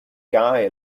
guy